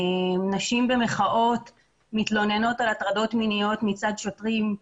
נשים במחאות מתלוננות על הטרדות מיניות מצד שוטרים,